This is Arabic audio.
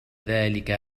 ذلك